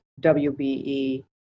WBE